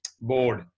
board